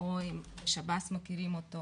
או שב"ס מכירים אותו,